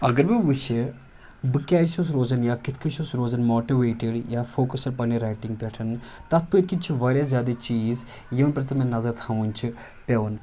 اگر بہٕ وٕچھِ بہٕ کیازِ چھُس روزَان یا کِتھ کٔنۍ چھُس روزان ماٹِویٹٕڈ یا فوکسٕڈ پنٛنہِ رایٹِنٛگ پٮ۪ٹھ تَتھ پٔتھۍ کِنۍ چھِ واریاہ زیادٕ چیٖز یِمن پٮ۪ٹھ مےٚ نظر تھاوٕنۍ چھِ پٮ۪وان